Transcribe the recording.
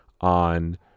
on